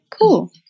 cool